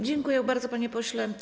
Dziękuję bardzo, panie pośle.